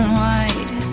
wide